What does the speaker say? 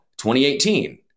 2018